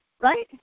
right